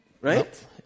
right